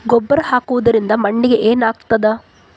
ಗೊಬ್ಬರ ಹಾಕುವುದರಿಂದ ಮಣ್ಣಿಗೆ ಏನಾಗ್ತದ?